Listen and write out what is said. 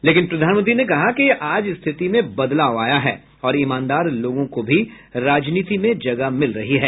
लेकिन प्रधानमंत्री ने कहा कि आज स्थिति में बदलाव आया है और ईमानदार लोगों को भी राजनीति में जगह मिल रही है